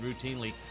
routinely